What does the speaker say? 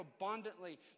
abundantly